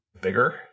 bigger